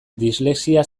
dislexia